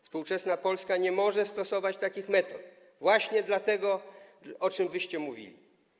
Współczesna Polska nie może stosować takich metod, właśnie m.in. dlatego, o czym wyście mówili.